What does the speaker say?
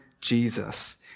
Jesus